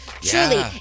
Truly